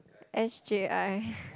s_j_i